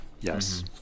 Yes